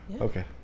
Okay